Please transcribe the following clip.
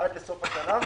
עד סוף השנה.